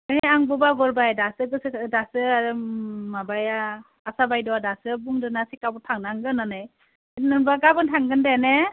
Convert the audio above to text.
ए आंबो बावगारबाय दासो गोसो दासो आरो माबाया आसा बायद'आ दासो बुंदोना चेकआपआव थांनांगो होननानै होमब्ला गाबोन थांगोन दे ने